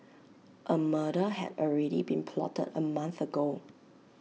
A murder had already been plotted A month ago